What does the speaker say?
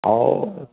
ओह्